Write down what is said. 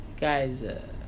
Guy's